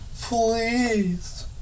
Please